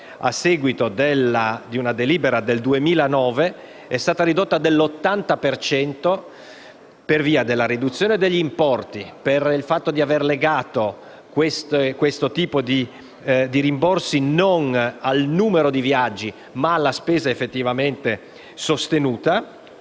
a seguito di una delibera del 2009, è stata ridotta dell'80 per cento per via della riduzione degli importi, cioè per il fatto di aver legato questo tipo di rimborsi non al numero di viaggi, ma alla spesa effettivamente sostenuta,